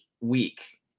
week